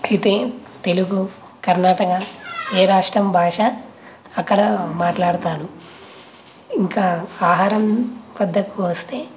అయితే తెలుగు కర్ణాటక ఏ రాష్ట్రం భాష అక్కడ మాట్లాడుతారు ఇంకా ఆహారం వద్దకు వస్తే